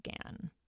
again